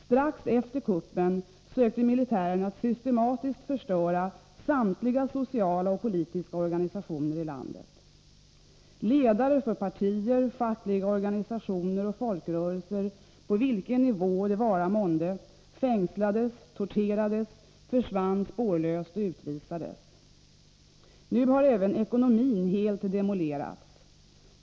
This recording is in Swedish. Strax efter kuppen sökte militären att systematiskt förstöra samtliga sociala och politiska organisationer i landet. Ledare för partier, fackliga organisationer och folkrörelser på vilken nivå det vara månde fängslades, torterades, försvann spårlöst och utvisades. Nu har även ekonomin helt demolerats.